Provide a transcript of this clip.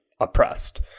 oppressed